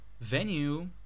venue